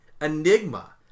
enigma